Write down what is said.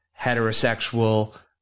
heterosexual